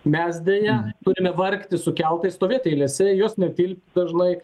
mes deja turime vargti su keltais stovėti eilėse į juos netilpti dažnai